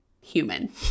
human